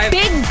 big